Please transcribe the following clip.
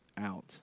out